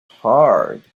hard